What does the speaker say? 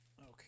Okay